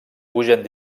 pugen